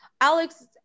alex